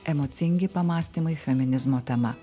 emocingi pamąstymai feminizmo tema